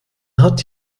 hat